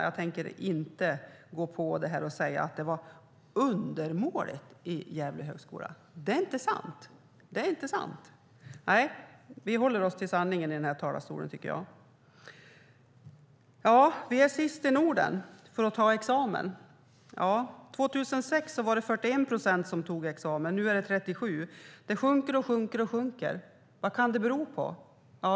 Jag tänker därför inte gå på detta med att kvaliteten var undermålig i Högskolan i Gävle. Det är inte sant. Jag tycker att vi ska hålla oss till sanningen i denna talarstol. Vi ligger sist i Norden när det handlar om att ta examen. År 2006 var det 41 procent som tog examen, och nu är det 37 procent. Det sjunker hela tiden. Vad kan det bero på?